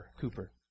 Cooper